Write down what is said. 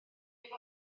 iddi